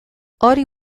hori